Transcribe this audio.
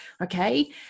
Okay